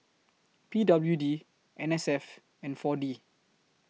P W D N S F and four D